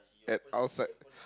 at outside